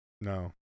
No